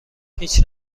هیچ